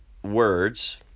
Words